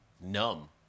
numb